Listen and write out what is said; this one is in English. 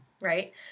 right